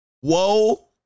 whoa